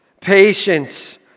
patience